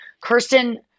Kirsten